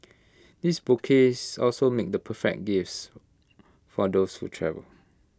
these bouquets also make the perfect gifts for those who travel